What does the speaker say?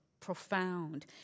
Profound